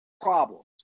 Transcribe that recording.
problems